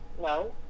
no